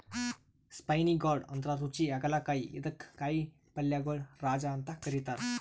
spiny gourd ಅಂದ್ರ ರುಚಿ ಹಾಗಲಕಾಯಿ ಇದಕ್ಕ್ ಕಾಯಿಪಲ್ಯಗೊಳ್ ರಾಜ ಅಂತ್ ಕರಿತಾರ್